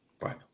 Right